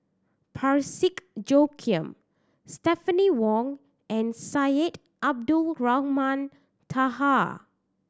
Parsick Joaquim Stephanie Wong and Syed Abdulrahman Taha